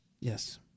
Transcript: Yes